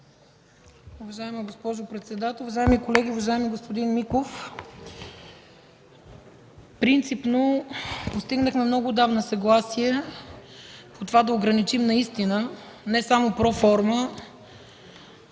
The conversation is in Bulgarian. Уважаема госпожо председател, уважаеми колеги, уважаеми господин Миков! Принципно постигнахме много отдавна съгласие по това да ограничим наистина, не само проформа,